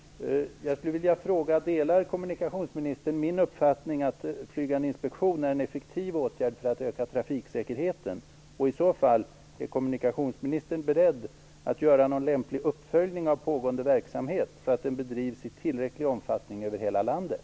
Delar kommunikationsministern min uppfattning att flygande inspektion är en effektiv åtgärd för att öka trafiksäkerheten? Är kommunikationsministern i så fall beredd att göra någon lämplig uppföljning av pågående verksamhet, så att den bedrivs i tillräcklig omfattning över hela landet?